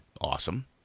Awesome